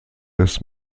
des